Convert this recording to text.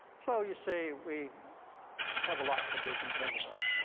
so you see, we have a lot to be concerned about.